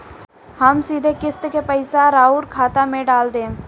हम सीधे किस्त के पइसा राउर खाता में डाल देम?